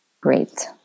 Great